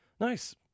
nice